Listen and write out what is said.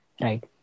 right